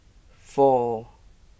four